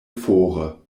fore